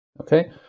Okay